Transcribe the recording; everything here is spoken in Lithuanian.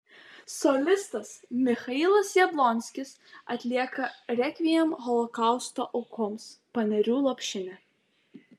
solistas michailas jablonskis atlieka rekviem holokausto aukoms panerių lopšinę